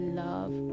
love